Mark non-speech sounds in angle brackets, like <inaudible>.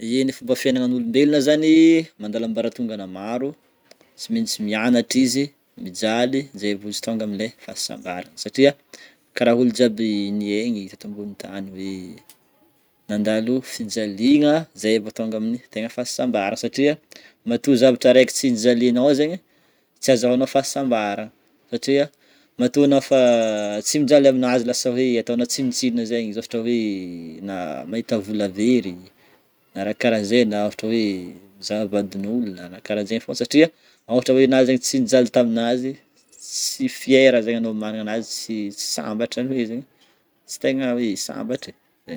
Ye, ny fomba fiaignana olombelona zany <hesitation> mandalo ambaratongana maro. Tsy maintsy mianatra izy, mijaly, zay vao izy tonga amin'le fahasambarana satria karaha ôlo jiaby niaigny teto ambony tany hoe nandalo fijaliagna zay vô tonga amin'ny tegna fahasambara satria matoa zavatra araiky tsy nijalianao zegny tsy azahoanao fahasambaragna satria matoa anao fa <hesitation> tsy mijaly aminazy lasa hoe ataonao tsinontsinona zegny izy ohatra hoe <hesitation> na mahita vola very, na raha karahanzay na ohatra hoe mizaha vadin'olona na karaha zay fô satria ohatra hoe anah zegny tsy nijaly tamin'azy <hesitation> tsy fière zegny anao magnana anazy ts- tsy sambatra zzany hoe zegny tsy tegna hoe sambatra e, zay.